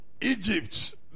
Egypt